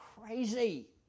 crazy